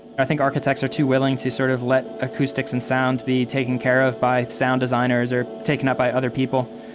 i think architects are too willing to sort of let acoustics and sound be taken care of by sound designers or taken up by other people.